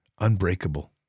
unbreakable